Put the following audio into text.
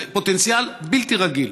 זה פוטנציאל בלתי רגיל.